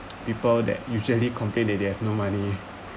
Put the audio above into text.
people that usually complain that they have no money